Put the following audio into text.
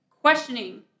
questioning